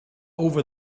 over